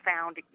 found